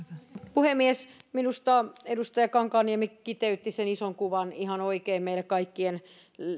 puhemies minusta edustaja kankaanniemi kiteytti sen ison kuvan ihan oikein meidän kaikkien